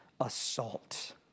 assault